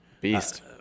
Beast